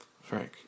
Frank